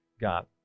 God